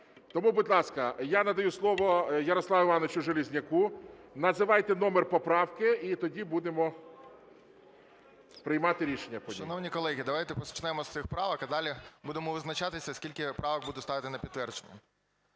Тому, будь ласка, я надаю слово Ярославу Івановичу Железняку. Називайте номер поправки і тоді будемо приймати рішення потім. 14:40:17 ЖЕЛЕЗНЯК Я.І. Шановні колеги, давайте почнемо з цих правок, а далі будемо визначатися, скільки я правок буду ставити на підтвердження.